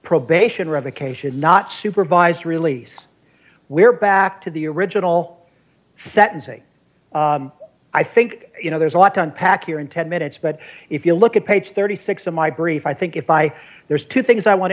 probation revocation not supervised release we're back to the original sentencing i think you know there's a lot to unpack your in ten minutes but if you look at page thirty six of my brief i think if i there's two things i want to